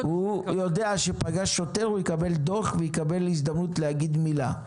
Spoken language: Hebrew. הוא יודע שפגש שוטר והוא יקבל דוח והוא יקבל הזדמנות לומר מילה.